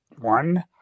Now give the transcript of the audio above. One